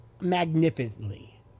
magnificently